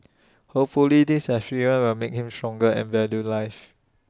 hopefully this experience will make him stronger and value life